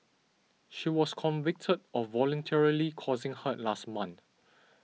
she was convicted of voluntarily causing hurt last month